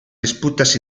disputas